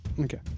Okay